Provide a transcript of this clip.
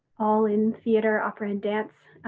all in theater, opera, and dance.